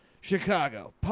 Chicago